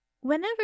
Whenever